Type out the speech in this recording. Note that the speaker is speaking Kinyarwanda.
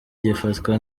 gifatwa